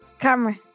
Camera